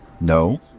No